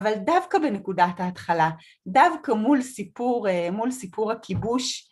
אבל דווקא בנקודת ההתחלה, דווקא מול סיפור הכיבוש.